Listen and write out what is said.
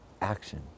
action